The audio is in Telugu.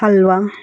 హల్వా